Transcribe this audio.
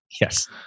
Yes